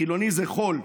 חילוני זה חול,